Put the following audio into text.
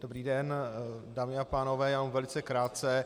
Dobrý den, dámy a pánové, já jenom velice krátce.